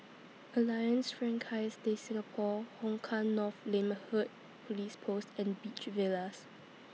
Alliance Francaise De Singapour Hong Kah North Neighbourhood Police Post and Beach Villas